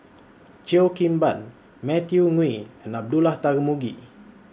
Cheo Kim Ban Matthew Ngui and Abdullah Tarmugi